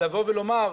לבוא ולומר,